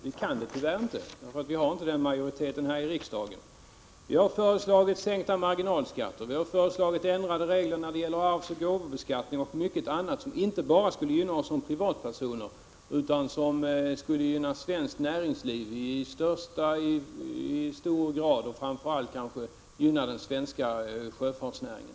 Vi kan det tyvärr inte därför att vi inte har den majoriteten här i riksdagen. Vi har föreslagit sänkta marginalskatter och vi har föreslagit ändrade regler när det gäller arvsoch gåvobeskattning och mycket annat som inte bara skulle gynna oss som privatpersoner utan som skulle gynna även det svenska näringslivet i hög grad och framför allt den svenska sjöfartsnäringen.